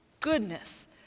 goodness